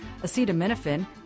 Acetaminophen